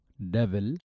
Devil